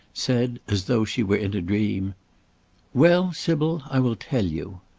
said, as though she were in a dream well, sybil, i will tell you.